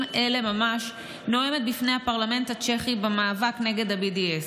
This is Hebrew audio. אלה ממש נואמת בפני הפרלמנט הצ'כי במאבק נגד ה-BDS.